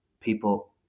people